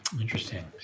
Interesting